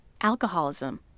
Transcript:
alcoholism